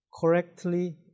correctly